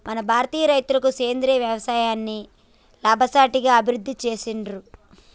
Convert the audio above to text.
మన భారతీయ రైతులు సేంద్రీయ యవసాయాన్ని లాభసాటిగా అభివృద్ధి చేసిర్రు